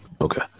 Okay